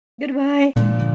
Goodbye